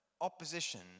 Opposition